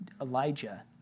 Elijah